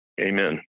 Amen